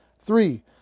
Three